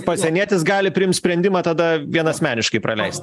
pasienietis gali priimt sprendimą tada vienasmeniškai praleist